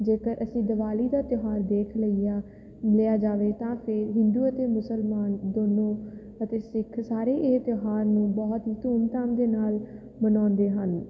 ਜੇਕਰ ਅਸੀਂ ਦਿਵਾਲੀ ਦਾ ਤਿਉਹਾਰ ਦੇਖ ਲਈਆ ਲਿਆ ਜਾਵੇ ਤਾਂ ਫਿਰ ਹਿੰਦੂ ਅਤੇ ਮੁਸਲਮਾਨ ਦੋਨੋਂ ਅਤੇ ਸਿੱਖ ਸਾਰੇ ਇਹ ਤਿਉਹਾਰ ਨੂੰ ਬਹੁਤ ਹੀ ਧੂਮਧਾਮ ਦੇ ਨਾਲ ਮਨਾਉਂਦੇ ਹਨ